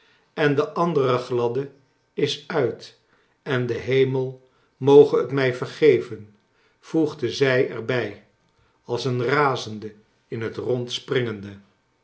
n de andere gladde is uit en de hemel moge t mij vergeven voegde zij er bij als een razende in het rond springende